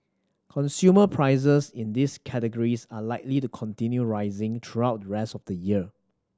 consumer prices in these categories are likely to continue rising throughout the rest of the year